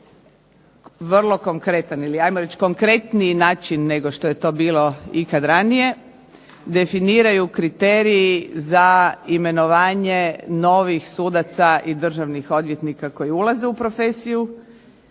vrlo konkretan ili 'ajmo reći na konkretniji način nego što je to bilo ikada ranije, definiraju kriteriji za imenovanje novih sudaca i državnih odvjetnika koji ulaze u profesiju